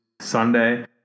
Sunday